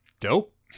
Dope